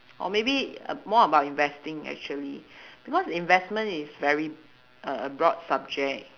or maybe uh more about investing actually because investment is very uh a broad subject